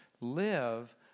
live